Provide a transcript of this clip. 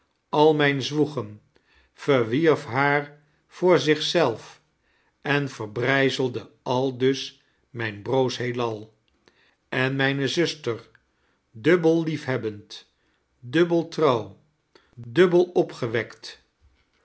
al mijn zwoegen verwierf haar voor zach zelf en verbrijzelde aldus mijn broos heelal en mijne ziuster dubbel liefhebbend dubbel tirouw dubbel opgewekt